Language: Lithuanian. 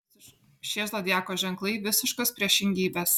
šie zodiako ženklai visiškos priešingybės